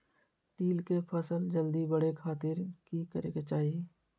तिल के फसल जल्दी बड़े खातिर की करे के चाही?